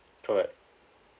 correct